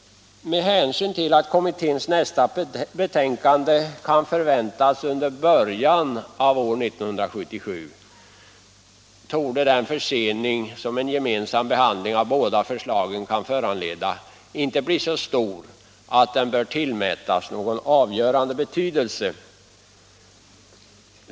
Med hänsyn till att kommitténs nästa betänkande kan förväntas under början av år 1977 torde den försening som en gemensam behandling av båda förslagen kan föranleda inte bli så stor att den bör få tillmätas någon avgörande betydelse.